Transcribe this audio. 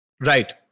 right